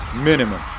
Minimum